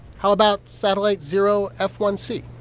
how about satellite zero f one c?